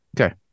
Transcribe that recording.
Okay